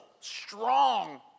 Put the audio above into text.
strong